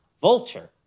Vulture